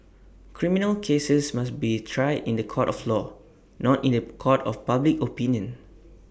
criminal cases must be tried in The Court of law not in The Court of public opinion